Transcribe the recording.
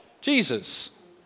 Jesus